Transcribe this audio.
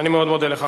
אני מאוד מודה לך.